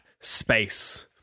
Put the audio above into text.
space